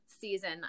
season